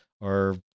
or-